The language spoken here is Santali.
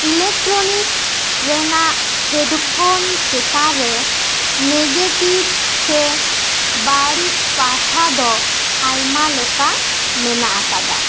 ᱤᱞᱮᱠᱴᱨᱚᱱᱤᱠᱥ ᱨᱮᱱᱟᱜ ᱦᱮᱰᱯᱷᱚᱱ ᱪᱮᱛᱟᱱ ᱨᱮ ᱱᱮᱜᱮᱴᱤᱵᱷ ᱥᱮ ᱵᱟᱹᱲᱤᱡ ᱯᱟᱦᱴᱷᱟ ᱫᱚ ᱟᱭᱢᱟ ᱞᱮᱠᱟ ᱢᱮᱱᱟᱜ ᱟᱠᱟᱫᱟ